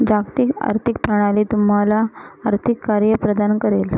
जागतिक आर्थिक प्रणाली तुम्हाला आर्थिक कार्ये प्रदान करेल